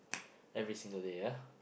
every single day